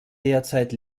derzeit